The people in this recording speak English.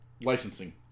licensing